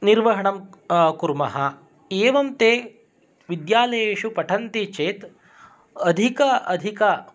निर्वहणं कुर्मः एवं ते विद्यालयेषु पठन्ति चेत् अधिकाधिक